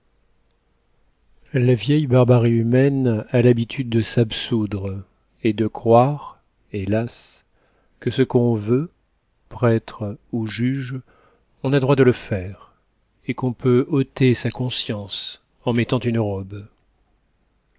la vieille barbarie humaine a l'habitude de s'absoudre et de croire hélas que ce qu'on veut prêtre ou juge on a droit de le faire et qu'on peut ôter sa conscience en mettant une robe